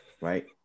right